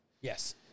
Yes